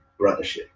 Brothership